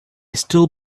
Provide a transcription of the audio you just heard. still